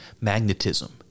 magnetism